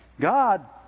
God